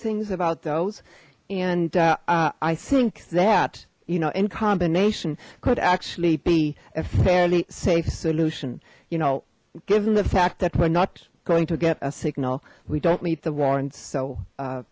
things about those and i think that you know in combination could actually be a fairly safe solution you know given the fact that we're not going to get a signal we don't need the warrants so